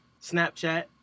Snapchat